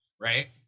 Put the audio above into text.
right